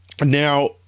Now